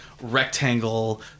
rectangle